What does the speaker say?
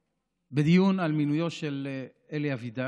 בדיון על מינויו של אלי אבידר,